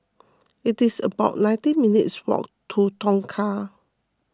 it is about nineteen minutes' walk to Tongkang